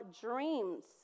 dreams